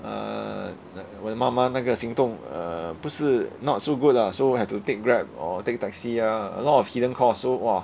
err 我的妈妈那个行动 uh 不是 not so good lah so have to take grab or take taxi ah a lot of hidden cost so !wah!